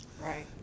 Right